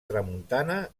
tramuntana